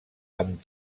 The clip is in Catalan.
amb